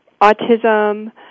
autism